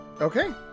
okay